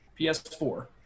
PS4